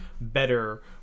better